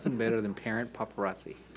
better than parent paparazzi.